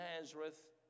Nazareth